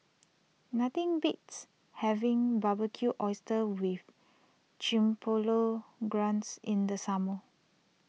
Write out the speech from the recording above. nothing beats having Barbecued Oysters with Chipotle Glaze in the summer